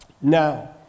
now